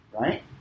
right